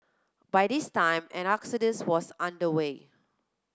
by this time an exodus was under way